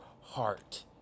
heart